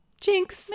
Jinx